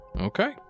Okay